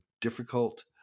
difficult